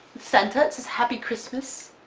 santa, it says happy christmas,